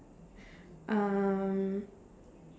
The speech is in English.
um